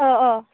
अ अ